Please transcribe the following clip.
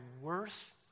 worth